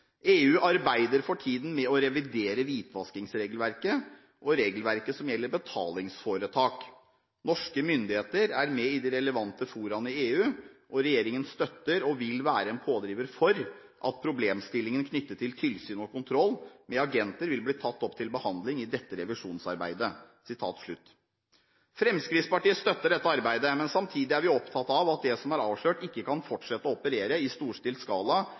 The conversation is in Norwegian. arbeider for tiden med å revidere hvitvaskingsregelverket og regelverket som gjelder betalingsforetak. Norske myndigheter er med i de relevante foraene i EU, og regjeringen støtter, og vil være en pådriver for, at problemstillingen knyttet til tilsyn og kontroll med agenter vil bli tatt opp til behandling i dette revisjonsarbeidet.» Fremskrittspartiet støtter dette arbeidet, men samtidig er vi opptatt av at det som er avslørt, ikke kan fortsette i storstilt skala